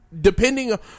depending